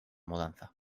mudanza